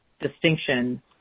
distinction